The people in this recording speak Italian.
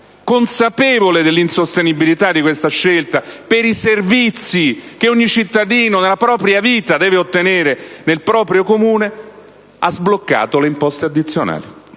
consapevole dell'insostenibilità di questa scelta per i servizi che ogni cittadino, nella sua vita, deve ottenere nel proprio Comune, ha sbloccato le imposte addizionali.